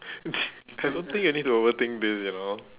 I don't think you need to overthink this you know